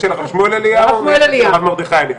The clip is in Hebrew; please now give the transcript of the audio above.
הוא הבן של הרב שמואל אליהו ונכד של הרב מרדכי אליהו.